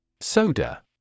Soda